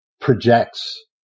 projects